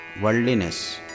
worldliness